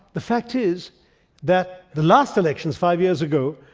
the fact is that the last elections, five years ago,